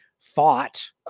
thought